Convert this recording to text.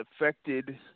affected